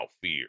fear